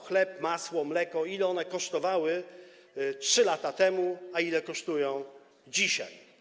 Chleb, masło, mleko - ile one kosztowały 3 lata temu, a ile kosztują dzisiaj?